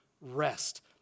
rest